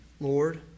lord